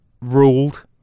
ruled